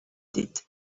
did